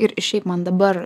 ir šiaip man dabar